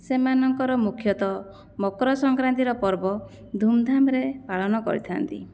ସେମାନଙ୍କର ମୁଖ୍ୟତଃ ମକରସଂକ୍ରାନ୍ତିର ପର୍ବ ଧୁମ୍ଧାମ୍ରେ ପାଳନ କରିଥାନ୍ତି